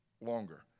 longer